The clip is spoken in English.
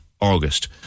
August